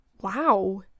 wow